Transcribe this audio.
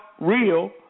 real